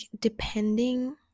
depending